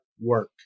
work